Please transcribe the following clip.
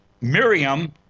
Miriam